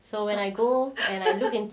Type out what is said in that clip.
so when I go and I look in